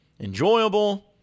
Enjoyable